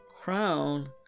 crown